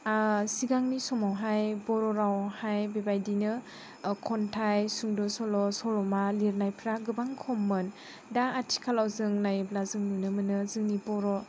सिगांनि समावहाय बर' रावआवहाय बेबायदिनो खन्थाइ सुंद' सल' सल'मा लिरनायफोरा गोबां खममोन दा आथिखालाव जों नायोब्ला जों नुनो मोनो जोंनि बर'